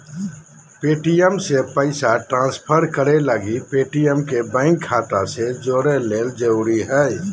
Paytm से पैसा transfer करे लगी पेटीएम के बैंक खाता से जोड़े ल जरूरी हय